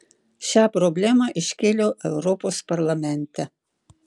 šią problemą iškėliau europos parlamente